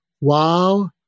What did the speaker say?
Wow